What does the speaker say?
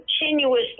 continuously